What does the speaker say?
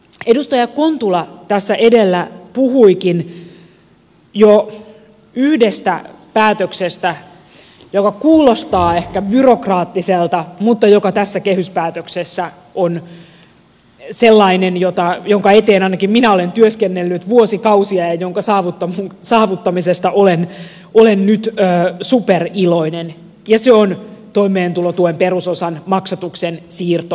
edustaja kontula tässä edellä puhuikin jo yhdestä päätöksestä joka kuulostaa ehkä byrokraattiselta mutta joka tässä kehyspäätöksessä on sellainen jonka eteen ainakin minä olen työskennellyt vuosikausia ja jonka saavuttamisesta olen nyt superiloinen ja se on toimeentulotuen perusosan maksatuksen siirto kelaan